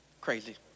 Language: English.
crazy